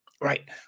right